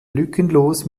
lückenlos